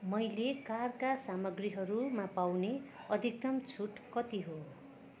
मैले कारका सामग्रीहरूमा पाउने अधिकतम छुट कति हो